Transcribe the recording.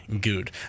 good